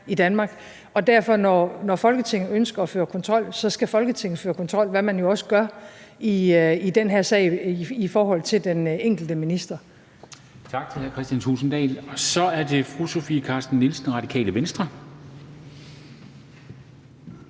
i Danmark. Derfor, når Folketinget ønsker at føre kontrol, skal Folketinget føre kontrol, hvad man jo også gør i den her sag, i forhold til den enkelte minister. Kl. 13:33 Formanden (Henrik Dam Kristensen): Tak til hr. Kristian Thulesen Dahl. Så er det fru Sofie Carsten Nielsen, Radikale Venstre.